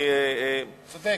צודק.